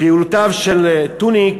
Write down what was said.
פעולותיו של טוניק